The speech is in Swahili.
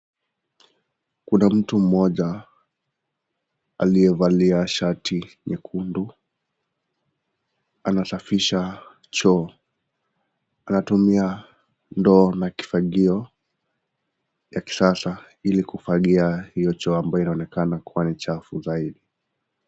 Kuna mtu mmoja aliyevalia shati nyekundu , anasafisha choo, anatumia ndoo na kifagio ya kisasa, ili kufagia hio choo ambayo inaonekana kuwa ni chafu zaidi.